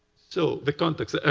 so the context.